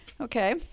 Okay